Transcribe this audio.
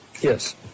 Yes